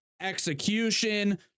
execution